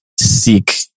seek